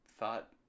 Thought